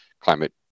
climate